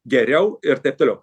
geriau ir taip toliau